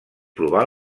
provar